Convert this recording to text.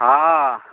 ହଁ